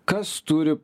kas turi